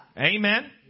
Amen